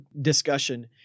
discussion